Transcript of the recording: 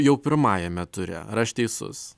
jau pirmajame ture ar aš teisus